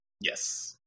Yes